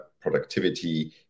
productivity